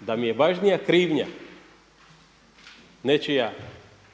da mi je važnija krivnja nečija